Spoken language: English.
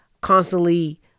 constantly